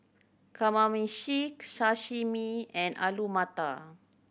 Kamameshi Sashimi and Alu Matar